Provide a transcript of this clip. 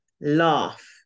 laugh